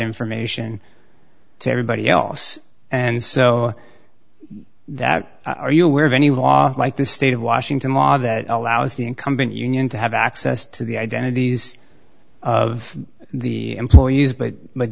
information to everybody else and so that are you aware of any law like this state of washington law that allows the incumbent union to have access to the identities of the employees but